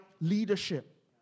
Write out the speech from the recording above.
leadership